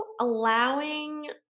allowing